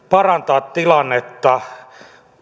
parantaa tilannetta